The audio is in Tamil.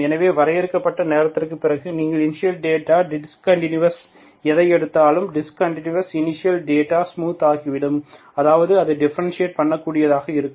எனவே வரையறுக்கப்பட்ட நேரத்திற்குப் பிறகு நீங்கள் இனிஷியல் டேட்டா டிஸ்கண்டினுவுஸ் எதை கொடுத்தாலும் டிஸ்கண்டினுவுஸ் இனிஷியல் டேட்டா ஸ்மூத்தாகிவிடும் அதாவது அது டிபரன்ஷியெட் பண்ணக்கூடியதாக இருக்கும்